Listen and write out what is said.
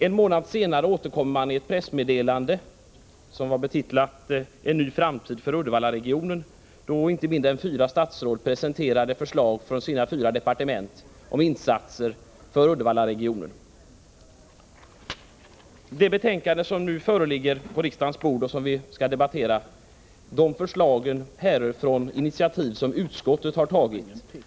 En månad senare återkom man i ett pressmeddelande, betitlat En ny framtid för Uddevallaregionen, då inte mindre än fyra statsråd presenterade förslag från sina fyra departement om insatser för Uddevallaregionen. Förslagen i det betänkande som nu ligger på riksdagens bord och som vi skall debattera härrör från initiativ som utskottet har tagit.